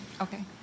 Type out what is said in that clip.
Okay